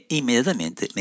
immediatamente